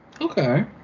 okay